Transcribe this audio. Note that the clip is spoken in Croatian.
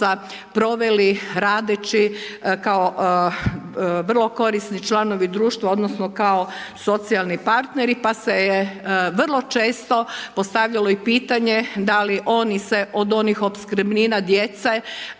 proveli radeći kao vrlo korisni članovi društva odnosno kao socijalni partneri, pa se je vrlo često postavljalo i pitanje da li oni se od onih opskrbnina djece